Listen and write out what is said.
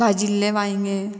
भाजिल्ले वांयगे